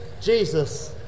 Jesus